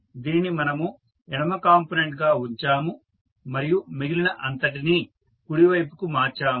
దీనిని మనము ఎడమ కాంపోనెంట్ గా ఉంచాము మరియు మిగిలిన అంతటినీ కుడి వైపుకు మార్చాము